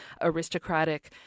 aristocratic